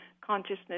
consciousness